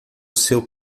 seu